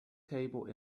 table